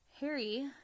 Harry